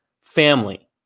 Family